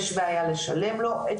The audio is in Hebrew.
יש בעיה לשלם לו את